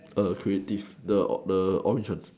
err creative the o~ the orange one